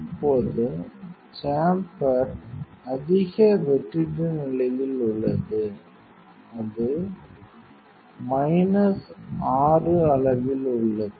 இப்போது சேம்பர் அதிக வெற்றிட நிலையில் உள்ளது அது மைனஸ் 6 அளவில் உள்ளது